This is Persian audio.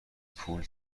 پول